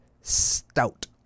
stout